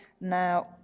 Now